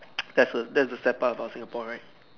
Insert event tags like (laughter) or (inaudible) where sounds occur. (noise) that's a that's a step up about Singapore right